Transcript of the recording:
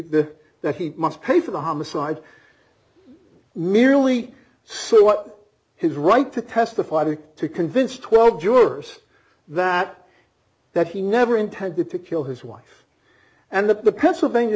that he must pay for the homicide merely see what his right to testify to to convince twelve jurors that that he never intended to kill his wife and that the pennsylvania